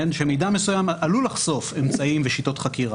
שמידע מסוים עלול לחשוף אמצעים ושיטות חקירה,